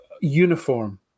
uniform